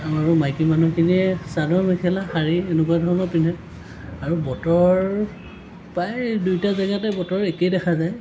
আৰু মাইকী মানুহখিনিয়ে চাদৰ মেখেলা শাৰী এনেকুৱা ধৰণৰ পিন্ধে আৰু বতৰ প্ৰায় দুয়োটা জেগাতে বতৰ একেই দেখা যায়